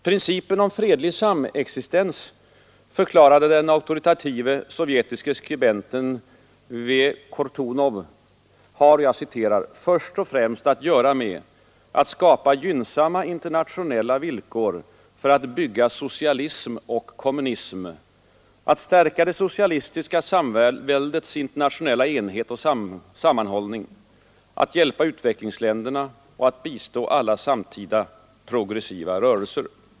Principen om fredlig samexistens — förklarade den auktoritative sovjetiske skribenten W. Kortunov — ”har först och främst att göra med att skapa gynnsamma internationella villkor för att bygga socialism och kommunism, att stärka det socialistiska samväldets internationella enhet och sammanhållning, att hjälpa utvecklingsländerna och att bistå alla samtida progressiva rörelser”.